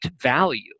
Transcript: value